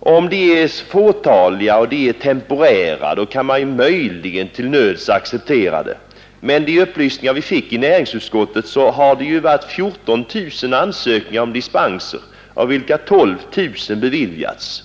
Om de är fåtaliga och temporära kan man möjligen till nöds acceptera dem, men enligt de upplysningar vi fick i näringsutskottet har det gjorts 14 000 ansökningar om dispenser i fråga om affärstidslagen, av vilka 12 000 beviljats.